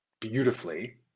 beautifully